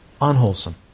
unwholesome